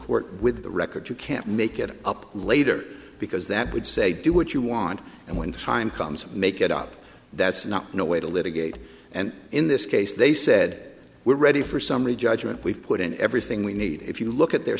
court with a record you can't make it up later because that would say do what you want and when the time comes make it up that's not no way to litigate and in this case they said we're ready for summary judgment we've put in everything we need if you look at their